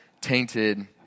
tainted